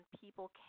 people